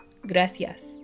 Gracias